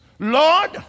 Lord